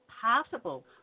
possible